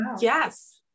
Yes